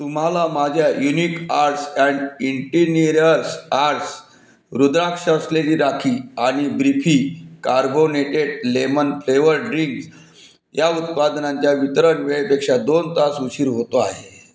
तुम्हाला माझ्या unique arts and interiors arts rudraksha असलेली राखी आणि ब्रिफी कार्बोनेटेड लेमन फ्लेवर्ड ड्रिंक्स या उत्पादनांच्या वितरण वेळेपेक्षा दोन तास उशीर होतो आहे